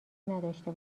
نداشته